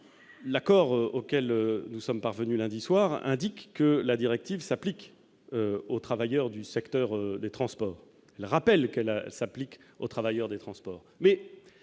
l'accord auquel nous sommes parvenus, lundi soir, indique que la directive s'applique aux travailleurs du secteur des transports la rappelle qu'elle s'applique aux travailleurs des transports